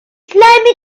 slimy